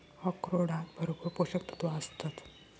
अक्रोडांत भरपूर पोशक तत्वा आसतत